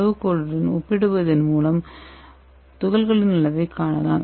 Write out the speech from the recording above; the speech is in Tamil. அளவுகோலுடன் ஒப்பிடுவதன் மூலம் துகள்களின் அளவைக் காணலாம்